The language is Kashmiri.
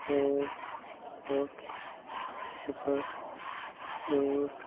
پانٛژھ اَکھ صِفَر ٲٹھ